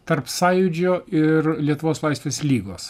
tarp sąjūdžio ir lietuvos laisvės lygos